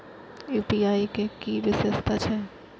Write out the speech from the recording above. UPI के कि विषेशता छै?